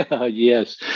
yes